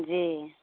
जी